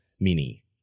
mini